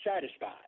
satisfied